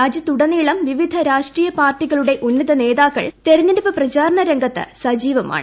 രാജ്യത്തുടനീളം വിവിധ രാഷ്ട്രീയ പാർട്ടീക്ളുടെ ഉന്നത നേതാക്കൾ തെരഞ്ഞെടുപ്പ് പ്രചാരണ രംഗത്ത് സജീവമാണ്